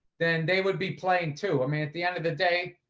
then they would be playing too. i mean, at the end of the day,